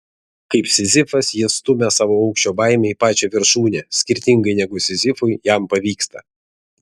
kaip sizifas jis stumia savo aukščio baimę į pačią viršūnę skirtingai negu sizifui jam pavyksta